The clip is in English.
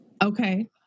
Okay